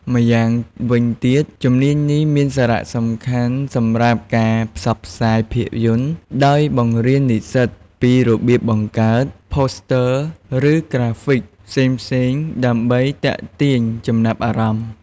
ម្យ៉ាងវិញទៀត ជំនាញនេះមានសារៈសំខាន់សម្រាប់ការផ្សព្វផ្សាយភាពយន្ត ដោយបង្រៀននិស្សិតពីរបៀបបង្កើត ផូស្ទើ (Poster) ឬក្រាហ្វិក ផ្សេងៗដើម្បីទាក់ទាញចំណាប់អារម្មណ៍។